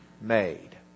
made